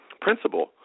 principal